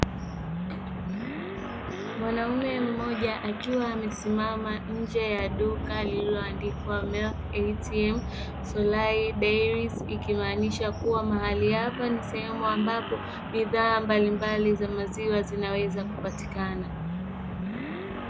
Mwanaume mmoja akiwa amesimama nje ya duka lililoandikwa "Milk Atm Solai Dairies", ikimaanisha kuwa mahali hapa ni sehemu ambapo bidhaa mbalimbali za maziwa zinaweza kupatikana.